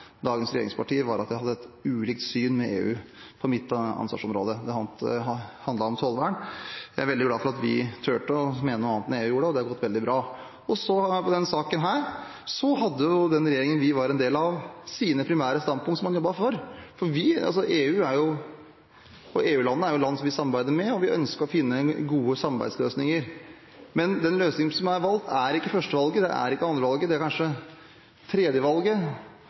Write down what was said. dagens regjeringspartier, at jeg hadde et syn ulikt EUs på mitt ansvarsområde. Det handlet om tollvern. Jeg er veldig glad for at vi turte å mene noe annet enn EU gjorde, og det har gått veldig bra. I denne saken hadde den regjeringen vi var en del av, sine primære standpunkter som man jobbet for. EU-landene er land som vi samarbeider med. Vi ønsker å finne gode samarbeidsløsninger, men den løsningen som er valgt, er ikke førstevalget, den er ikke andrevalget, den er kanskje tredjevalget.